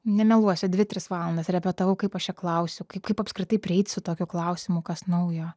nemeluosiu dvi tris valandas repetavau kaip aš čia klausiu kaip kaip apskritai prieit su tokiu klausimu kas naujo